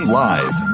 live